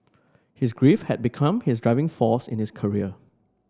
his grief had become his driving force in his career